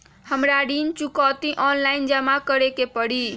हमरा ऋण चुकौती ऑनलाइन जमा करे के परी?